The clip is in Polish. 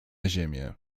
ziemię